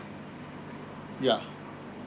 ya